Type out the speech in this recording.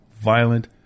violent